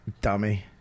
dummy